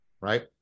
right